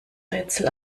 rätsel